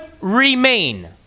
remain